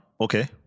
Okay